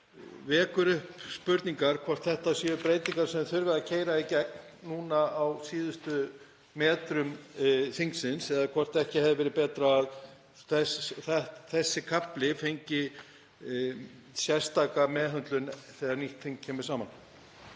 vekja upp spurningar um hvort þetta séu breytingar sem þurfi að keyra í gegn núna á síðustu metrum þingsins eða hvort ekki hefði verið betra að þessi kafli fengi sérstaka meðhöndlun þegar nýtt þing kemur saman.